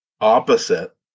opposite